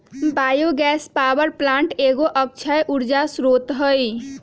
bio gas power plant एगो अक्षय ऊर्जा के स्रोत हइ